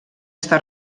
està